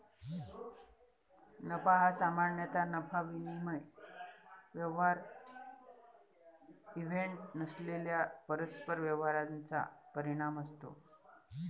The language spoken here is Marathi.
नफा हा सामान्यतः नफा विनिमय व्यवहार इव्हेंट नसलेल्या परस्पर व्यवहारांचा परिणाम असतो